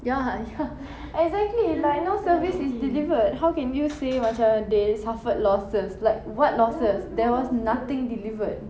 ya ya exactly like no service is delivered how can you say macam they suffered losses like what losses there was nothing delivered